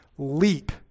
Leap